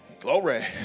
Glory